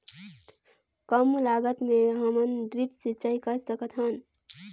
कम लागत मे हमन ड्रिप सिंचाई कर सकत हन?